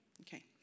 Okay